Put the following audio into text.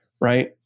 Right